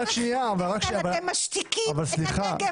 אתם משתיקים את הנגב.